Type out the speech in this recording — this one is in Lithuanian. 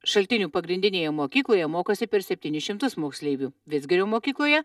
šaltinių pagrindinėje mokykloje mokosi per septynis šimtus moksleivių vidzgirio mokykloje